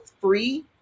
free